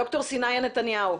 ד"ר סיניה נתניהו,